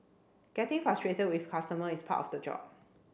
getting frustrated with customer is part of the job